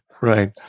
right